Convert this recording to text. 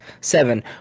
seven